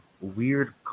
weird